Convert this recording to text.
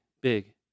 big